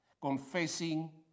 confessing